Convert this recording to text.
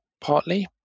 partly